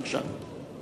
בבקשה.